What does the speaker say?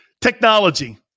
technology